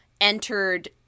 entered